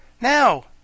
Now